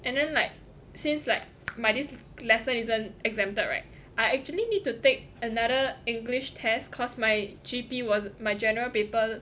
and then like since like my this lesson isn't exempted right I actually need to take another english test cause my G_P was my general paper